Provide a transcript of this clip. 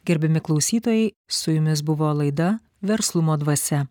gerbiami klausytojai su jumis buvo laida verslumo dvasia